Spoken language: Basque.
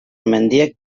mendiek